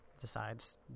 decides